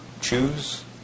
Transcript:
choose